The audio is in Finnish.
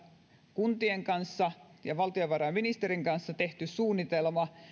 kuntien ja valtiovarainministerin kanssa tehtynä suunnitelma siitä